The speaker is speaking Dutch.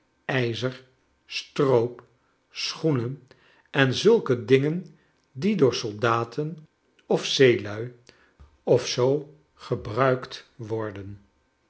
ijzer stroop schoenen en zulke dingen die door soldaten of zeelui of zoo gebruikt worden